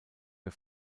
ihr